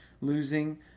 losing